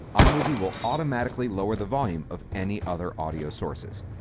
imovie will automatically lower the volume of any other audio sources.